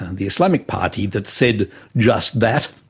the islamic party, that said just that,